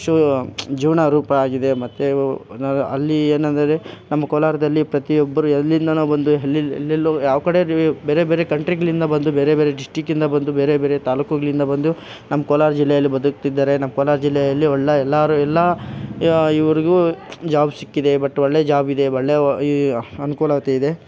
shoe ಜೀವನು ರೂಪ ಆಗಿದೆ ಮತ್ತು ಅಲ್ಲಿ ಏನೆಂದರೆ ನಮ್ಮ ಕೋಲಾರದಲ್ಲಿ ಪ್ರತಿಯೊಬ್ಬರು ಎಲ್ಲಿಂದಲೋ ಬಂದು ಎಲ್ಲೆಲ್ಲಿ ಎಲ್ಲೆಲ್ಲೋ ಯಾವ ಕಡೆ ನೀವು ಬೇರೆ ಬೇರೆ ಕಂಟ್ರಿಗಳಿಂದ ಬಂದು ಬೇರೆ ಬೇರೆ ಡಿಶ್ಟಿಕ್ ಇಂದ ಬಂದು ಬೇರೆ ಬೇರೆ ತಾಲ್ಲೂಕುಗಳಿಂದ ಬಂದು ನಮ್ಮ ಕೋಲಾರ ಜಿಲ್ಲೆಯಲ್ಲಿ ಬದುಕ್ತಿದ್ದಾರೆ ನಮ್ಮ ಕೋಲಾರ ಜಿಲ್ಲೆಯಲ್ಲಿ ಒಳ್ಳೆ ಎಲ್ಲರೂ ಎಲ್ಲ ಇವ್ರಿಗೂ ಜಾಬ್ ಸಿಕ್ಕಿದೆ ಬಟ್ ಒಳ್ಳೆ ಜಾಬ್ ಇದೆ ಒಳ್ಳೆ ಈ ಅನುಕೂಲತೆ ಇದೆ